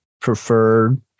preferred